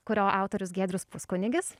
kurio autorius giedrius puskunigis